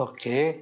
Okay